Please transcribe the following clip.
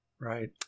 Right